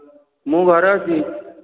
ମୁଁ ଘରେ ଅଛି